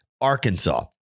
Arkansas